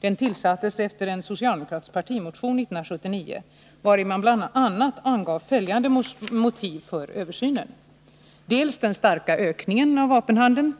Den tillsattes efter en socialdemokratisk partimotion 1979, vari man bl.a. angav följande motiv för översynen: den starka ökningen av vapenhandeln,